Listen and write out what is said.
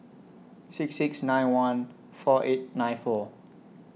six six nine one four eight nine four